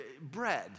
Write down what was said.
bread